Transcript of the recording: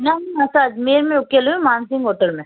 न न असां अजमेर में रुकियल आहियूं मानसिंग होटल में